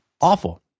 awful